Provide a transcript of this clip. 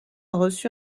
reçu